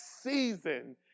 season